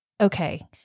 Okay